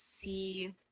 see